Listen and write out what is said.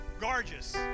gorgeous